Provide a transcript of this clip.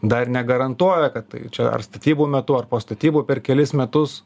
dar negarantuoja kad tai čia ar statybų metu ar po statybų per kelis metus